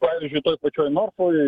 pavyzdžiui toj pačioj norfoj